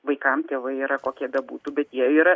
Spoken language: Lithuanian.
vaikam tėvai yra kokie bebūtų bet jie yra